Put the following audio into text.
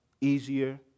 easier